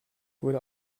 wurde